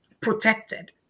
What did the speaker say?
protected